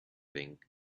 thing